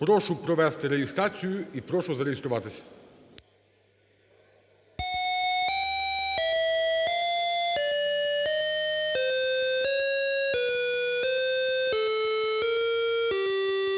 Прошу провести реєстрацію і прошу зареєструватися.